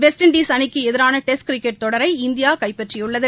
west Indies அணிக்கு எதிரான test cricket தொடரை இந்தியா கைப்பற்றியுள்ளது